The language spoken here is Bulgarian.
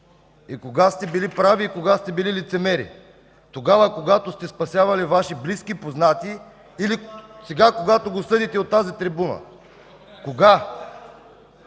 И кога сте били прави, и кога сте били лицемери? Тогава, когато сте спасявали Ваши близки, познати или сега, когато го съдите от тази трибуна?